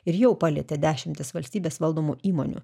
ir jau palietė dešimtis valstybės valdomų įmonių